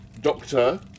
Doctor